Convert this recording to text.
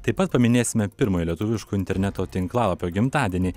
taip pat paminėsime pirmojo lietuviško interneto tinklalapio gimtadienį